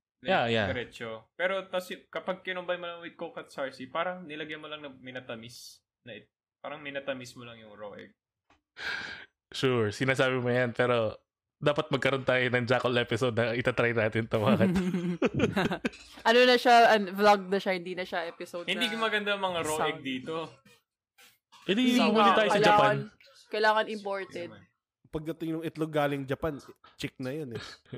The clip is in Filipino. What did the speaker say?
Like, Yeah, yeah. diretso. Pero tas- kapag kinumbay mo lang with Coke at Sarsi, si- parang nilagyan mo lang ng minatamis, like, parang minatamis mo lang yung raw egg. Sure, sinasabi mo 'yan, pero dapat magkaroon tayo ng Jackal episode na itatry natin 'to, bakit? Ano na siya, an- vlog na siya, hindi na siya episode Hindi na- gumaganda ang mga raw egg isang- dito. Hindi, Hindi, hindi tayo sa kailangan- Japan. kailangan imported. Yeah, man. Pagdating yung itlog galing Japan, chick na 'yun, eh.